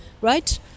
right